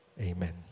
Amen